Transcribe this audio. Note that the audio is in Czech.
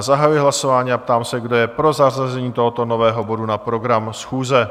Zahajuji hlasování a ptám se, kdo je pro zařazení tohoto nového bodu na program schůze?